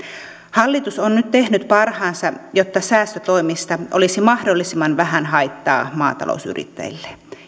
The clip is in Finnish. hallitus on nyt tehnyt parhaansa jotta säästötoimista olisi mahdollisimman vähän haittaa maatalousyrittäjille